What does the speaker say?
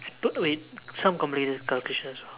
simple wait some complicated calculation as well